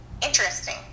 Interesting